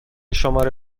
شماره